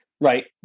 Right